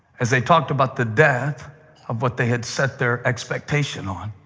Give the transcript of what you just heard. as they talked about the death of what they had set their expectation on,